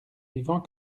vivant